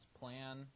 plan